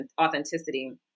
authenticity